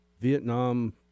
Vietnam